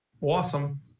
awesome